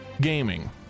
gaming